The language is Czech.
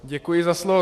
Děkuji za slovo.